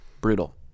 Brutal